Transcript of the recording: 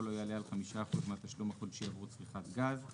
עליהן כמקבץ כיוון שמ-2 עד 10,